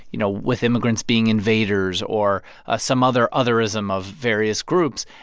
you know, with immigrants being invaders or ah some other otherism of various groups.